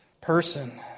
person